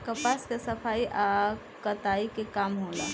कपास के सफाई आ कताई के काम होला